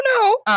no